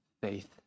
faith